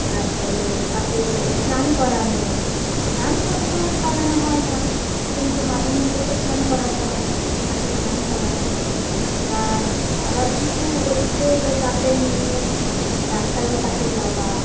তারপরে তাকে স্নান করানো স্নান সব সময় করানো হয় না কিন্তু মাঝে মধ্যে তো স্নান করাতে হয় তাকে স্নান করানো তার আবার কিছু হচ্ছে তো তাকে নিয়ে ডাক্তারের কাছে যাওয়া